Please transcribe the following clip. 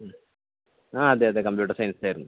ഹ്മ് ആ അതെ അതെ കമ്പ്യൂട്ടർ സയൻസ് ആയിരുന്നു